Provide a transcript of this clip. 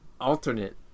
alternate